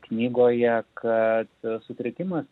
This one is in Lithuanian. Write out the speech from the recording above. knygoje kad sutrikimas